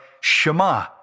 Shema